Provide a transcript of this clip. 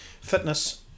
fitness